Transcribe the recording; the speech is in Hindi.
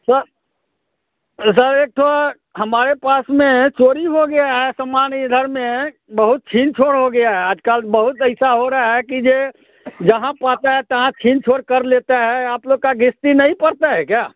सर सर एक ठो हमारे पास में चोरी हो गया है सामान इधर में बहुत छिन छोर हो गया है आज कल बहुत ऐसा हो रहा है कि जो जहाँ पाता है तहाँ छिन छोर कर लेता है आप लोग का घिस्ती नहीं पड़ता है क्या